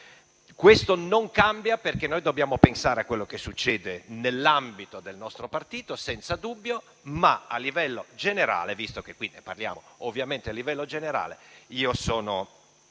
Questo non cambia, perché noi dobbiamo pensare a quello che succede nell'ambito del nostro partito, senza dubbio; ma a livello generale, visto che qui parliamo ovviamente a livello generale, ci tengo